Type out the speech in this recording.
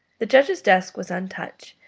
the judge's desk was untouched,